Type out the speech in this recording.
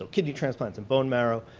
so kidney transplants and bone marrow,